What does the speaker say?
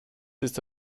ist